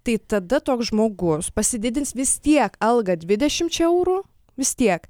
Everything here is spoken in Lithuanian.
tai tada toks žmogus pasididins vis tiek algą dvidešimčia eurų vis tiek